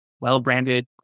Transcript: well-branded